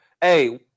hey